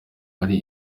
ari